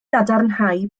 gadarnhau